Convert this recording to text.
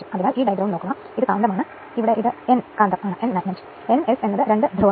അതിനാൽ അതുകൊണ്ടാണ് ഇവിടെ x 1 എന്ന് എഴുതുന്നത്